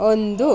ಒಂದು